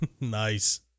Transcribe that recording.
Nice